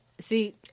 See